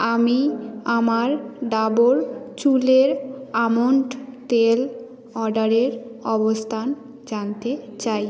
আমি আমার ডাবর চুলের আমন্ড তেল অর্ডারের অবস্থান জানতে চাই